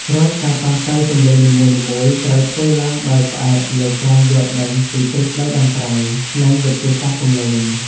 រាល់ការប៉ះប៉ូវសំឡេងនីមួយៗត្រូវធ្វើឡើងដោយផ្អែកលើការយល់ដឹងពីទ្រឹស្តីតន្ត្រី និង វិទ្យាសាស្ត្រសំឡេង។